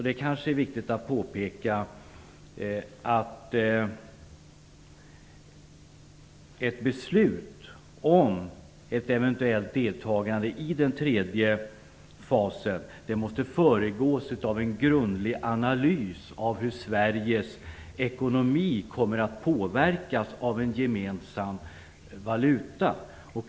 Det kanske är viktigt att påpeka att ett beslut om ett eventuellt deltagande i den tredje fasen måste föregås av en grundlig analys av hur Sveriges ekonomi kommer att påverkas av en gemensam valuta.